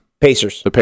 Pacers